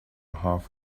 half